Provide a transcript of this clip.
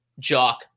jock